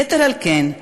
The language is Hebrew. יתר על כן,